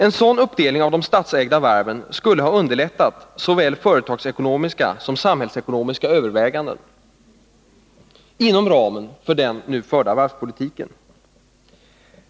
En sådan uppdelning av de statsägda varven skulle ha underlättat såväl företagsekonomiska som samhällsekonomiska överväganden inom ramen för den nu förda varvspolitiken.